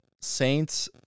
Saints